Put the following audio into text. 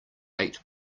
eight